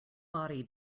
body